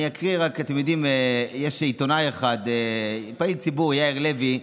אני אקריא, יש עיתונאי אחד, פעיל ציבור, יאיר לוי,